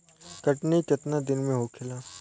कटनी केतना दिन में होखेला?